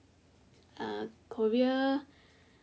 ah Korea